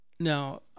Now